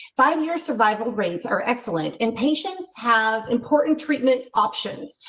five year survival rates are excellent and patients have important treatment options.